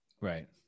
Right